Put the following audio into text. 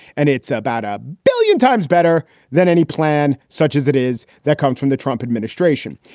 and it's about a billion times better than any plan such as it is. that comes from the trump administration.